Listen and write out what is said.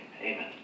Amen